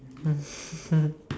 mm